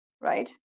right